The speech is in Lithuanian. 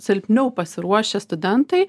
silpniau pasiruošę studentai